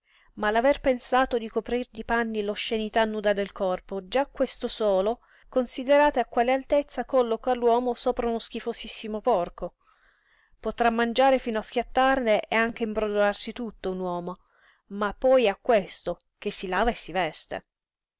ma l'aver pensato di coprir di panni l'oscena nudità del corpo già questo solo considerate a quale altezza colloca l'uomo sopra uno schifosissimo porco potrà mangiare fino a schiattarne e anche imbrodolarsi tutto un uomo ma poi ha questo che si lava e si veste